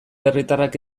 herritarrak